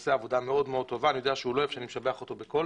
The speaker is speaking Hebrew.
שעושה עבודה מאוד טובה אני יודע שהוא לא אוהב שאני משבח אותו בקול